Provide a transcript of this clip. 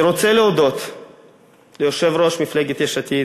אני רוצה להודות ליושב-ראש מפלגת יש עתיד,